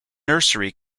nursery